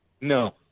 No